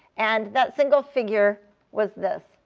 and that single figure was this.